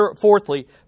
fourthly